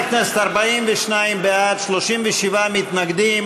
חברי הכנסת, 42 בעד, 37 מתנגדים.